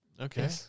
okay